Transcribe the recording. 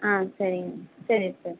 ஆ சரிங்க சரி வச்சுருங்க